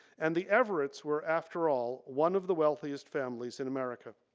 and the everett's were after all one of the wealthiest families in america.